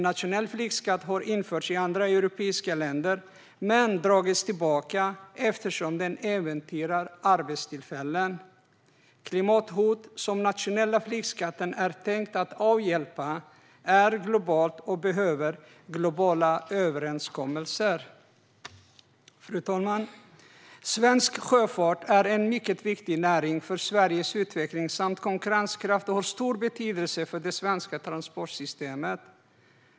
Nationell flygskatt har införts i andra europeiska länder men har dragits tillbaka, eftersom den äventyrar arbetstillfällen. Klimathotet som den nationella flygskatten är tänkt att avhjälpa är globalt, och det behövs globala överenskommelser. Fru talman! Svensk sjöfart är en mycket viktig näring för Sveriges utveckling samt konkurrenskraft och har stor betydelse för det svenska transportsystemet.